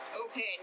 Okay